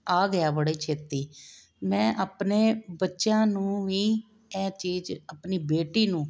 ਆ ਗਿਆ ਬੜੇ ਛੇਤੀ ਮੈਂ ਆਪਣੇ ਬੱਚਿਆਂ ਨੂੰ ਵੀ ਐ ਚੀਜ਼ ਆਪਣੀ ਬੇਟੀ ਨੂੰ